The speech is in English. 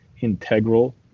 integral